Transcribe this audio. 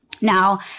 Now